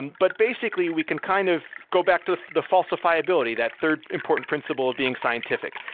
and but basically, we can kind of go back to the falsifiability, that third important principle of being scientific.